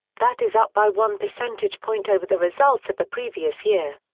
that is up by one percentage point over the results of the previous year.